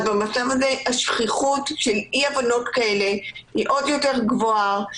אז במצב הזה השכיחות של אי הבנות כאלה היא עוד יותר גבוהה.